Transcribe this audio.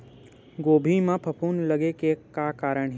गोभी म फफूंद लगे के का कारण हे?